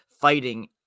fighting